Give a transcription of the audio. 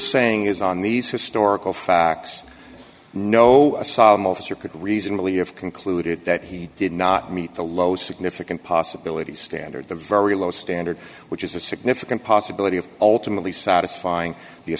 saying is on these historical facts no asylum officer could reasonably have concluded that he did not meet the low significant possibility standard the very low standard which is a significant possibility of ultimately satisfying